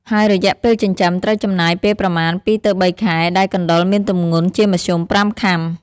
ហើយរយៈពេលចិញ្ចឹមត្រូវចំណាយពេលប្រមាណ២ទៅ៣ខែ ដែលកណ្តុរមានទម្ងន់ជាមធ្យម៥ខាំ។